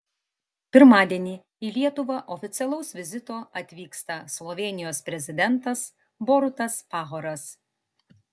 pirmadienį į lietuvą oficialaus vizito atvyksta slovėnijos prezidentas borutas pahoras